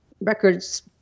records